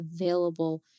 available